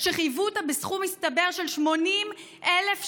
שחייבו אותה בסכום מצטבר של 80,000 שקלים,